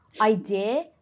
idea